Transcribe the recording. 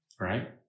right